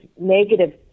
negative